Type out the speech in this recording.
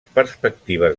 perspectives